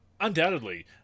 undoubtedly